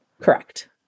Correct